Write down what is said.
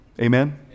Amen